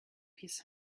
his